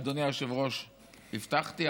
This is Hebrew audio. אדוני היושב-ראש, הבטחתי.